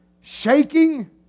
shaking